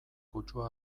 kutsua